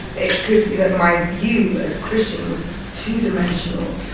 it could be that my view as a christian was two-dimensional.